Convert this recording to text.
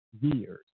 years